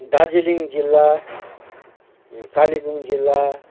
दार्जिलिङ जिल्ला कालेबुङ जिल्ला